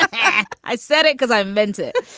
i i said it because i meant it.